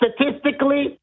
statistically